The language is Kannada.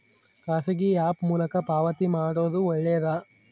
ಖಾಸಗಿ ಆ್ಯಪ್ ಮೂಲಕ ಪಾವತಿ ಮಾಡೋದು ಒಳ್ಳೆದಾ?